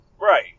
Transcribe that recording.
Right